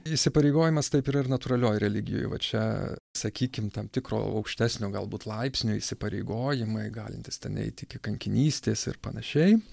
įsipareigojimas taip yra ir natūralioj religijoj va čia sakykim tam tikro aukštesnio galbūt laipsnio įsipareigojimai galintys ten eiti iki kankinystės ir panašiai